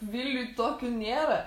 vilniuj tokių nėra